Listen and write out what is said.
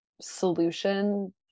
solution